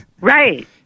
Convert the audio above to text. Right